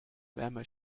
wärmer